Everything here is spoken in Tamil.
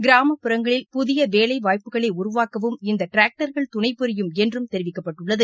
கிராமப்புறங்களில் புதிய வேலை வாய்ப்புகளை உருவாக்கவும் இந்த டிராக்டர்கள் துணைபுரியும் என்றும் தெரிவிக்கப்பட்டுள்ளது